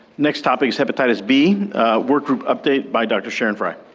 next topic is hepatitis b work group update by dr. sharon frey.